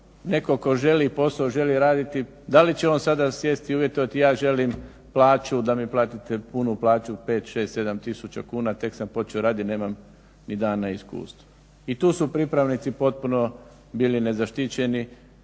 netko tko želi posao, želi raditi, da li će on sada sjesti i uvjetovati ja želim plaću da mi platite punu plaću 5, 6, 7 tisuća kuna, tek sam počeo radit, nemam ni dana iskustva. I tu su pripravnici potpuno bili nezaštićeni